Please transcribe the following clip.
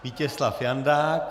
Vítězslav Jandák.